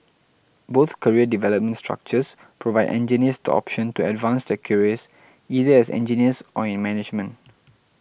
both career development structures provide engineers the option to advance their careers either as engineers or in management